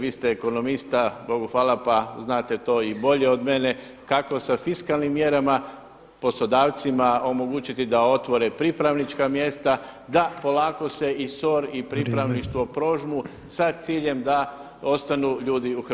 Vi ste ekonomista Bogu hvala pa znate to i bolje od mene kako sa fiskalnim mjerama poslodavcima omogućiti da otvore pripravnička mjesta da polako se i SOR [[Upadica predsjednik: Vrijeme.]] i pripravništvo prožmu sa ciljem da ostanu ljudi u Hrvatskoj.